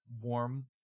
warm